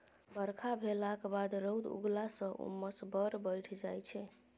बरखा भेलाक बाद रौद उगलाँ सँ उम्मस बड़ बढ़ि जाइ छै